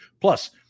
Plus